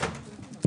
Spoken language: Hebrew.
ועוד